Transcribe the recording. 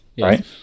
right